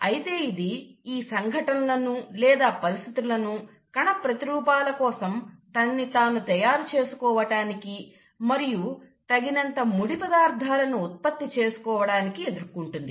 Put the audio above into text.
అయితే ఇది ఈ సంఘటనలను లేదా పరిస్థితులను కణ ప్రతిరూపాల కోసం తనని తాను తయారు చేసుకోవటానికి మరియు తగినంత ముడి పదార్థాలను ఉత్పత్తి చేసుకోవడానికి ఎదుర్కుంటుంది